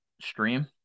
stream